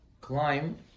climb